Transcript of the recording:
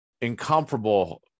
incomparable